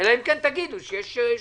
אלא אם כן תגידו שיש הבדל.